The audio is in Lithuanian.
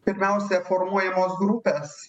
pirmiausia formuojamos grupės